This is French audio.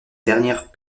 dernière